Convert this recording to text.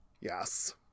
Yes